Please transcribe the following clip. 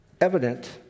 evident